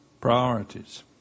Priorities